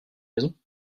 maison